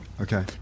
Okay